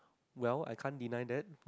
well I can't deny that